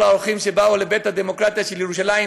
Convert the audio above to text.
האורחים שבאו לבית הדמוקרטיה של ירושלים,